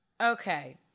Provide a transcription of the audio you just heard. Okay